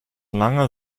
langer